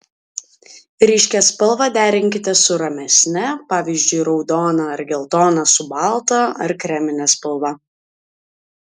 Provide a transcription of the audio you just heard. ryškią spalvą derinkite su ramesne pavyzdžiui raudoną ar geltoną su balta ar kremine spalva